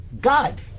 God